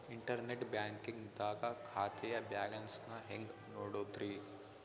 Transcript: Internet banking ದಾಗ ಖಾತೆಯ balance ನ ಹೆಂಗ್ ನೋಡುದ್ರಿ?